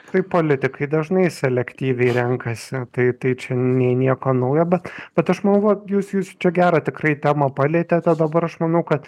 tai politikai dažnai selektyviai renkasi tai tai čia nei nieko naujo bet bet aš manau kad jūs jūs čia gerą tikrai temą palietėte dabar aš manau kad